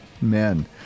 men